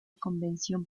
convención